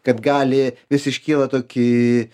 kad gali vis iškyla toki